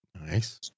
Nice